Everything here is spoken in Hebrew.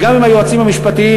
וגם עם היועצים המשפטיים.